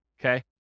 okay